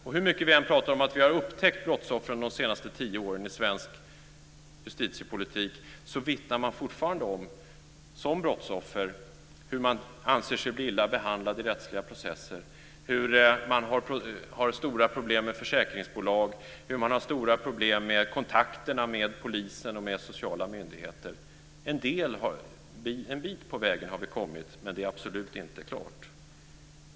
Och hur mycket vi än talar om att vi har upptäckt brottsoffren under de senaste tio åren i svensk justitiepolitik så vittnar brottsoffer fortfarande om att de anser sig bli illa behandlade vid rättsliga processer, hur de har stora problem med försäkringsbolag och hur de har stora problem med kontakterna med polisen och med sociala myndigheter. En bit på vägen har vi kommit, men det är absolut inte klart.